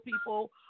people